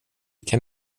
kan